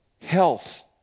health